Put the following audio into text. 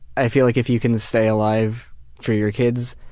i feel like if you can stay alive for your kids,